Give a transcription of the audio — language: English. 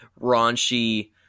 raunchy